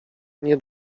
nie